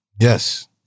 Yes